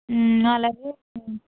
అలాగే